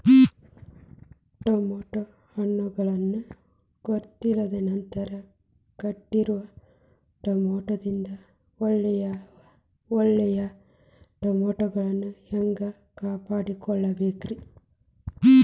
Tomato ಹಣ್ಣುಗಳನ್ನ ಗೊತ್ತಿಲ್ಲ ನಂತರ ಕೆಟ್ಟಿರುವ ಟಮಾಟೊದಿಂದ ಒಳ್ಳೆಯ ಟಮಾಟೊಗಳನ್ನು ಹ್ಯಾಂಗ ಕಾಪಾಡಿಕೊಳ್ಳಬೇಕರೇ?